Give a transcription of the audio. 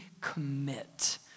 commit